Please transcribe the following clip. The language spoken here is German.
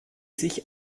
sich